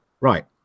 right